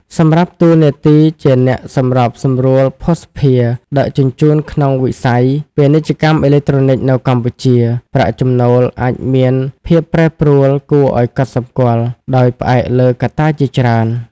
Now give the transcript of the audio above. សម្រាប់តួនាទីជាអ្នកសម្របសម្រួលភស្តុភារដឹកជញ្ជូនក្នុងវិស័យ ពាណិជ្ជកម្មអេឡិចត្រូនិក នៅកម្ពុជា ប្រាក់ចំណូលអាចមានភាពប្រែប្រួលគួរឱ្យកត់សម្គាល់ ដោយផ្អែកលើកត្តាជាច្រើន។